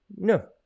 no